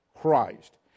Christ